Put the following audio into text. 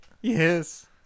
Yes